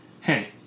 hey